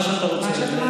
מה שאתה רוצה.